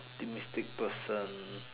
optimistic person